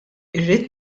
irrid